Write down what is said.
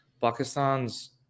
Pakistan's